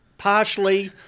partially